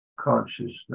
consciousness